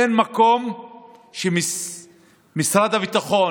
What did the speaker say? אין מקום שמשרד הביטחון,